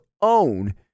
own